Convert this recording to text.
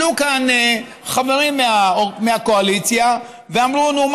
עלו כאן חברים מהקואליציה ואמרו: נו,